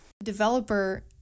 developer